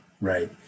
right